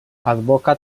advoca